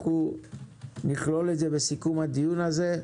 אנחנו נכלול את זה בסיכום הדיון הזה.